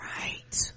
Right